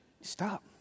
Stop